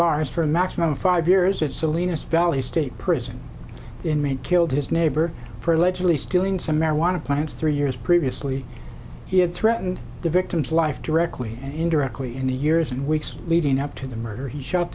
bars for a maximum of five years in a state prison inmate killed his neighbor for allegedly stealing some marijuana plants three years previously he had threatened the victim's life directly and indirectly in the years and weeks leading up to the murder he shot